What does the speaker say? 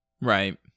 Right